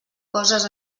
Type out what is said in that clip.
coses